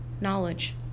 knowledge